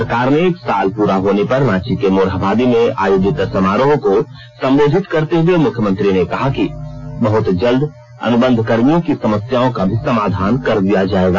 सरकार के एक साल पूरा होने पर रांची के मोरहाबादी में आयोजित समारोह को संबोधित करते हुए मुख्यमंत्री ने कहा कि बहुत जल्द अनुबंधकर्मियों की समस्याओं का भी समाधान कर दिया जाएगा